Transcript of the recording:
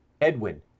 Edwin